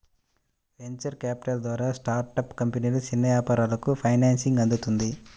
venture capital ద్వారా startup కంపెనీలు, చిన్న వ్యాపారాలకు ఫైనాన్సింగ్ అందుతుంది